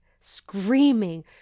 screaming